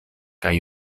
kaj